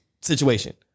situation